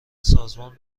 سازمان